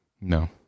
No